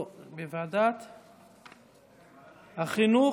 לוועדת החינוך,